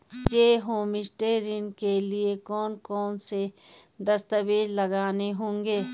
मुझे होमस्टे ऋण के लिए कौन कौनसे दस्तावेज़ लगाने होंगे?